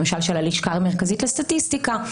למשל של הלשכה המרכזית לסטטיסטיקה,